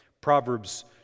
Proverbs